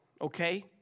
okay